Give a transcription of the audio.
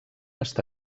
està